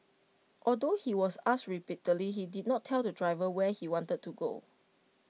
although he was asked repeatedly he did not tell the driver where he wanted to go